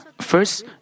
First